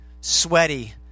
sweaty